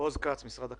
עוז כץ, משרד הכלכלה.